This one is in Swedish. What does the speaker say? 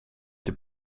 till